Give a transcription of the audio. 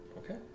Okay